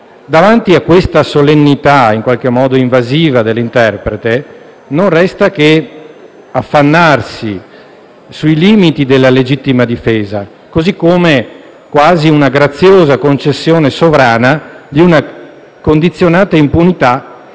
Davanti a questa solennità in qualche modo invasiva dell'interprete, non resta che affannarsi sui limiti della legittima difesa, quasi come una graziosa concessione sovrana di una condizionata impunità